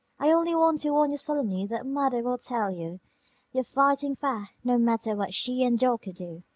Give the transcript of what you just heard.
i only want to warn you solemnly that mother'll tell you you're fighting fair, no matter what she and dawker do.